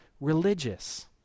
religious